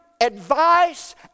advice